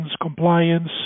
compliance